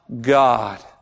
God